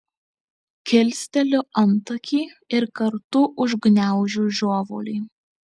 kilsteliu antakį ir kartu užgniaužiu žiovulį